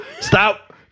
stop